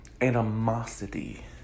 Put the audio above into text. animosity